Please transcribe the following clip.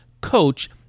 coach